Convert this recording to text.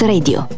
Radio